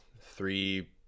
three